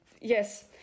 yes